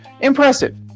Impressive